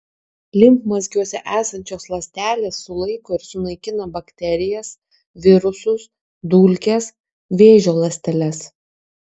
limfmazgiuose esančios ląstelės sulaiko ir sunaikina bakterijas virusus dulkes vėžio ląsteles